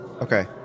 Okay